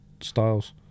styles